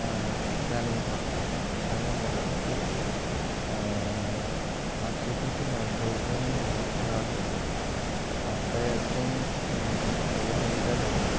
running করতাম সেখানে মোটামুটি আশি থেকে নব্বই জনের ম রান হতো সপ্তাহে একদিন ষোলোশো মিটার হতো